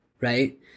right